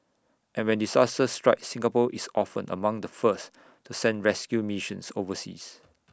and when disaster strikes Singapore is often among the first to send rescue missions overseas